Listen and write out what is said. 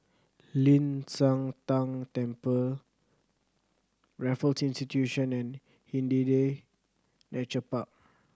Ling San Teng Temple Raffles Institution and Hindhede Nature Park